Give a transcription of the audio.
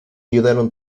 ayudaron